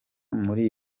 muri